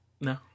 No